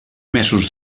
mesos